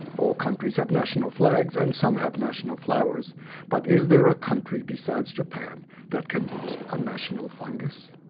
all countries have national flags and some have national flowers but is there a country besides japan that can boast a national fungus?